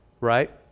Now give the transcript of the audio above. Right